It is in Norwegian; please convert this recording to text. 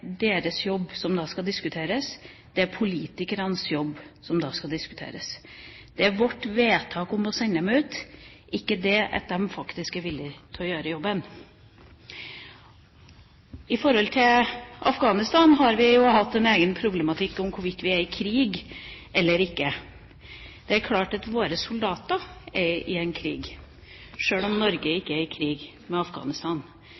deres jobb som da skal diskuteres – det er politikernes jobb som da skal diskuteres. Det er vårt vedtak om å sende dem ut, ikke det at de faktisk er villig til å gjøre jobben. Når det gjelder Afghanistan, har vi jo hatt en egen problematikk om hvorvidt vi er i krig eller ikke. Det er klart at våre soldater er i en krig, sjøl om Norge ikke er i krig med Afghanistan.